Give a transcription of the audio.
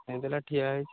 ଠିଆ ହେଇଛି